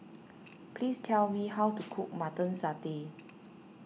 please tell me how to cook Mutton Satay